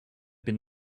been